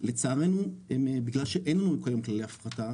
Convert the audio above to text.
לצערנו בגלל שאין לנו כיום כללי הפחתה,